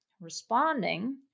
responding